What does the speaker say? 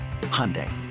Hyundai